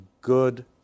good